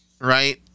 right